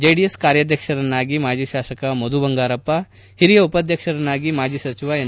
JDS ಕಾರ್ಯಾಧ್ಯಕ್ಷರನ್ನಾಗಿ ಮಾಜಿ ಶಾಸಕ ಮಧು ಬಂಗಾರಪ್ಪ ಹಿರಿಯ ಉಪಾಧ್ಯಕ್ಷರನ್ನಾಗಿ ಮಾಜಿ ಸಚಿವ ಎನ್